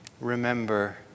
remember